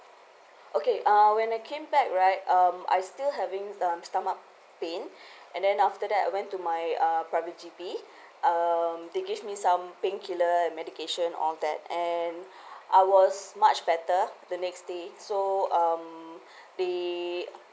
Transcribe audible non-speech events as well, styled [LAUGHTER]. okay uh when I came back right um I still having um stomach pain [BREATH] and then after that I went to my uh private G_P [BREATH] um they give me some painkiller and medication all that and [BREATH] I was much better the next day so um [BREATH] they